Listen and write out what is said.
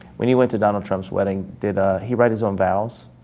when you went to donald trump's wedding, did ah he write his own vows?